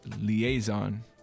liaison